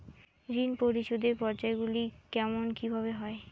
ঋণ পরিশোধের পর্যায়গুলি কেমন কিভাবে হয়?